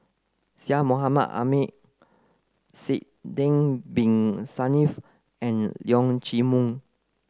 Syed Mohamed Ahmed Sidek bin Saniff and Leong Chee Mun